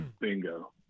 bingo